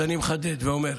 אני מחדד ואומר: